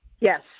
Yes